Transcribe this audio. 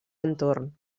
entorn